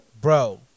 bro